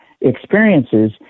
experiences